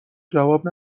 جواب